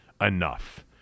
enough